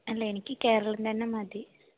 അല്ല എനിക്ക് കേരളം തന്നെ മതി